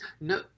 no